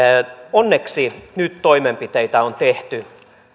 onneksi nyt toimenpiteitä on tehty